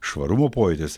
švarumo pojūtis